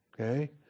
Okay